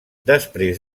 després